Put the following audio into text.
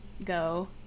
go